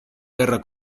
guerra